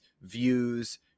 views